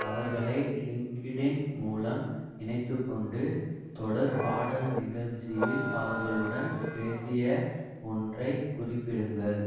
அவர்களை லிங்க்கிடின் மூலம் இணைத்துக் கொண்டு தொடர்பாடல் நிகழ்ச்சியில் அவர்களுடன் பேசிய ஒன்றைக் குறிப்பிடுங்கள்